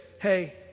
hey